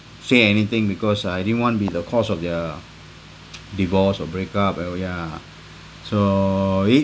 say anything because I didn't want to be the cause of their divorce or break up oh yeah so